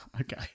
Okay